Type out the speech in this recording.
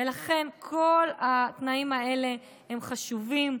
ולכן, כל התנאים האלה הם חשובים.